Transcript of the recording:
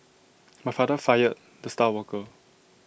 my father fired the star worker